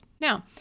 Now